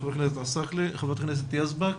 חברת הכנסת יזבק.